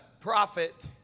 prophet